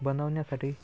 बनवण्यासाठी